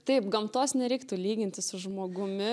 taip gamtos nereiktų lyginti su žmogumi